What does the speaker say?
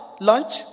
lunch